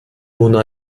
mona